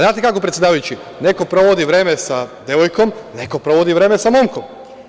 Znate kako, predsedavajući, neko provodi vreme sa devojkom, neko provodi vreme sa momkom.